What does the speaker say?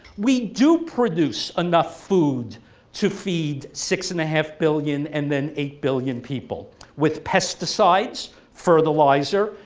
we do produce enough food to feed six and a half billion and then eight billion people with pesticides, fertilizer,